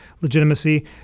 legitimacy